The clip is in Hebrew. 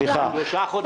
ביטול שלושה חדשים.